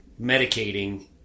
medicating